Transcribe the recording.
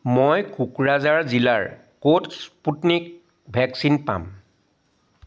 মই কোকৰাঝাৰ জিলাৰ ক'ত স্পুটনিক ভেকচিন পাম